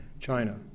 China